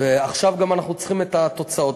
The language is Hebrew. ועכשיו אנחנו צריכים את התוצאות.